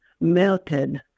melted